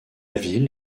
ville